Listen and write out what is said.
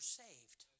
saved